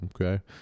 okay